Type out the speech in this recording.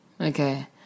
Okay